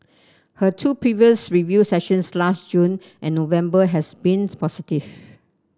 her two previous review sessions last June and November has been positive